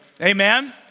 amen